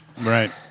Right